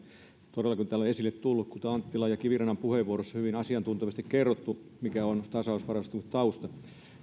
täällä on esille tullut anttilan ja kivirannan puheenvuoroissa on hyvin asiantuntevasti kerrottu mikä on tasausvarausten tausta tämä on